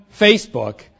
Facebook